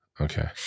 Okay